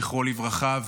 זכרו לברכה,